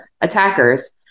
attackers